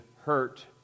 hurt